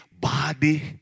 body